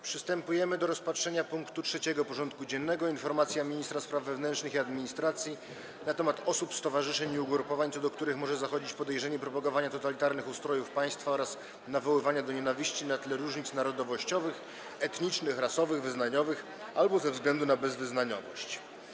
Przystępujemy do rozpatrzenia punktu 3. porządku dziennego: Informacja ministra spraw wewnętrznych i administracji na temat osób, stowarzyszeń i ugrupowań, co do których może zachodzić podejrzenie propagowania totalitarnych ustrojów państwa oraz nawoływania do nienawiści na tle różnic narodowościowych, etnicznych, rasowych, wyznaniowych albo ze względu na bezwyznaniowość.